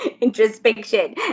introspection